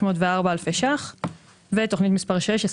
1,504,000. תכנית מספר שש,